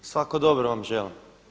Svako dobro vam želim.